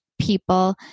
people